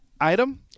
item